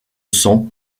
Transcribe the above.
sang